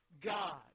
God